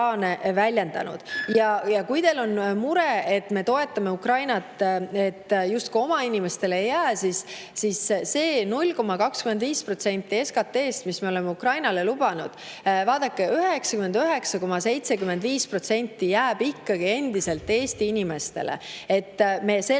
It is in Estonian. Kui teil on mure, et me toetame Ukrainat ja justkui oma inimestele ei jää, siis see 0,25% SKT-st, mis me oleme Ukrainale lubanud – vaadake, 99,75% jääb ikkagi Eesti inimestele. Me sellest